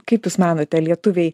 kaip jūs manote lietuviai